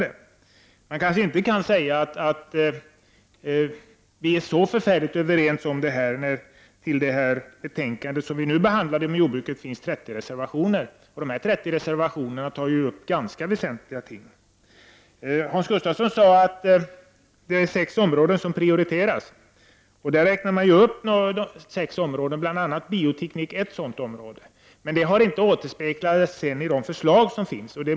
Man kan kanske inte säga att vi är så förfärligt överens när det i det betänkande som vi nu behandlar finns 30 reservationer som tar upp ganska så väsentliga frågor. Hans Gustafsson sade att det är sex områden som har prioriterats. Av dessa områden utgör bioteknik ett område. Men det har inte återspeglats i de förslag som finns.